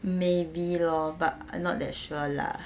maybe lor but not that sure lah